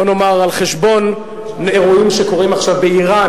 בוא נאמר על חשבון אירועים שקורים עכשיו באירן,